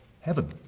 heaven